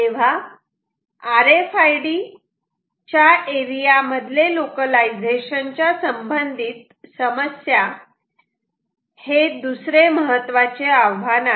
तेव्हा R F I D च्या area मधले लोकलायझेशन च्या संबंधित समस्या हे दुसरे महत्वाचे आव्हान आहे